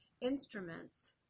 instruments